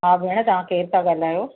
हा भेण तव्हां केर था ॻाल्हायो